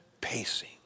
Pacing